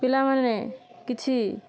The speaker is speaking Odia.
ପିଲାମାନେ କିଛି